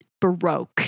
baroque